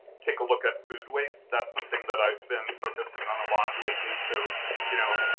take a look at food waste, that's something that i've been focusing on a lot lately. so you know